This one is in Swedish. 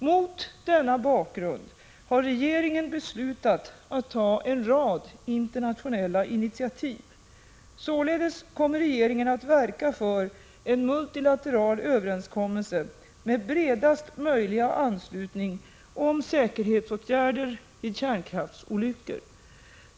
Mot denna bakgrund har regeringen beslutat att ta en rad internationella initiativ. Således kommer regeringen att verka för en multilateral överenskommelse med bredaste möjliga anslutning om säkerhetsåtgärder vid kärnkraftsolyckor.